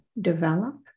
develop